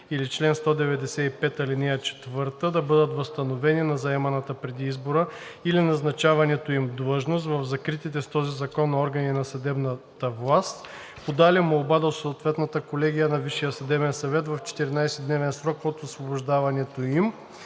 или чл. 195, ал. 4 да бъдат възстановени на заеманата преди избора или назначаването им длъжност в закритите с този закон органи на съдебната власт, подали молба до съответната колегия на Висшия съдебен съвет в 14-дневен срок от освобождаването им,